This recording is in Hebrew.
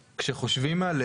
כך גם עכשיו.